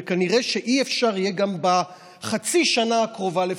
וכנראה שלא יהיה אפשר גם בחצי שנה הקרובה לפחות.